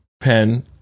pen